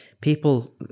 people